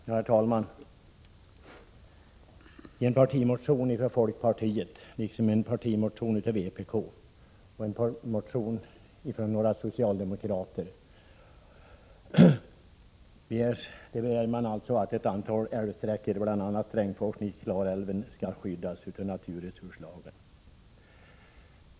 Herr talman! I en partimotion från folkpartiet liksom i en partimotion från UETN vpk och i en motion från några socialdemokrater begärs att ett antal älvsträckor, bl.a. Strängsforsen i Klarälven, skall skyddas av naturresurslagen.